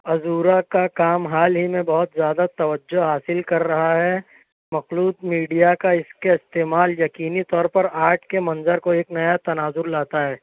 عذورا کا کام حال ہی میں بہت زیادہ توجہ حاصل کر رہا ہے مخلوط میڈیا کا اس کے استعمال یقینی طور پر آج کے منظر کو ایک نیا تناظر لاتا ہے